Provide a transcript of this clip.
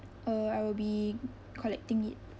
uh I will be collecting it